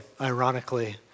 ironically